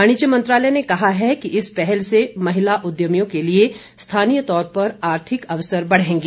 वाणिज्य मंत्रालय ने कहा है कि इस पहल से महिला उद्यमियों के लिए स्थानीय तौर पर आर्थिक अवसर बढ़ेंगे